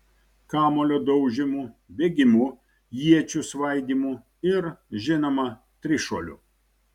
kamuolio daužymu bėgimu iečių svaidymu ir žinoma trišuoliu